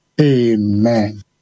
Amen